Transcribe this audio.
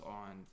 on